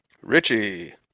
Richie